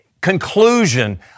conclusion